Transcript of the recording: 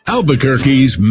Albuquerque's